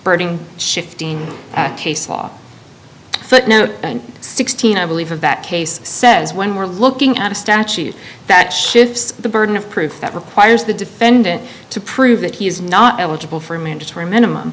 birding shifting case law but no sixteen i believe that case says when we're looking at a statute that shifts the burden of proof that requires the defendant to prove that he is not eligible for a mandatory minimum